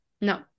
no